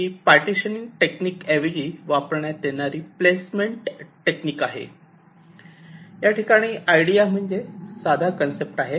ही partitioning technique ऐवजी वापरण्यात येणारी प्लेसमेंट टेक्निक आहे या ठिकाणी आयडिया म्हणजे साधा कन्सेप्ट आहे